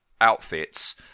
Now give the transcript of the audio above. outfits